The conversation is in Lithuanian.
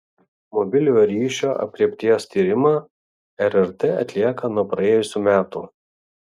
mobiliojo ryšio aprėpties tyrimą rrt atlieka nuo praėjusių metų